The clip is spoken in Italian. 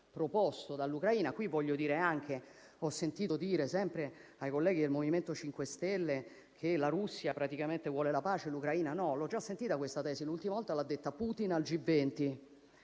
proposto dall'Ucraina. Ho sentito dire, sempre ai colleghi del MoVimento 5 Stelle, che la Russia praticamente vuole la pace e l'Ucraina no: l'ho già sentita questa tesi, l'ultima volta l'ha esposta Putin al G20